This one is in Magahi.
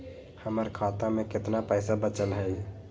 हमर खाता में केतना पैसा बचल हई?